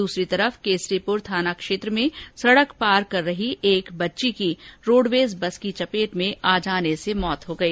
दूसरी तरफ केसरीपुर थाना क्षेत्र में सडक पार कर रही एक बच्ची की रोडवेज बस की चपेट में आ जाने से मौत हो गई